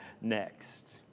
next